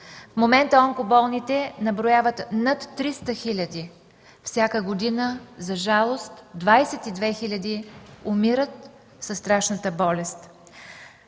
В момента онкоболните наброяват над 300 хиляди. Всяка година, за жалост, 22 хиляди умират от страшната болест.